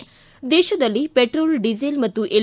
ಿ ದೇಶದಲ್ಲಿ petrol diesel ಮತ್ತು ಎಲ್